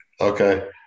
Okay